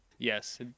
Yes